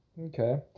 Okay